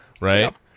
right